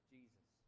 Jesus